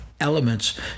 elements